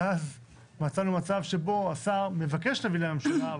ואז מצאנו מצב שבו השר מבקש להביא לממשלה,